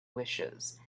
wishes